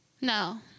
No